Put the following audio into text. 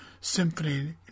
Symphony